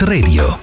Radio